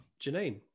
Janine